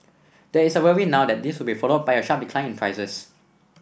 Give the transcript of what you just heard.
there is a worry now that this would be followed by a sharp decline in prices